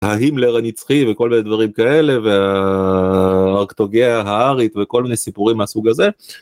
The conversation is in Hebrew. ההימלר הנצחי וכל מיני דברים כאלה... וה... רק תוגה הארית וכל מיני סיפורים מהסוג הזה.